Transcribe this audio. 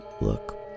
look